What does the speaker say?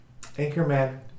Anchorman